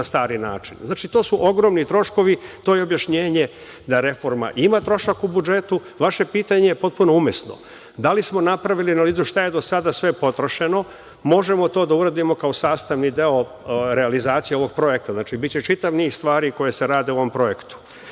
na stari način. Znači, to su ogromni troškovi, to je objašnjenje da reforma ima trošak u budžetu. Vaše pitanje je potpuno umesno. Da li smo napravili analizu šta je do sada sve potrošeno. Možemo to da uradimo kao sastavni deo realizacije ovog projekta. Znači, biće čitav niz stvari koje se rade u ovom projektu. Što